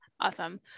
Awesome